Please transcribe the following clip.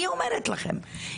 אני אומרת לכם,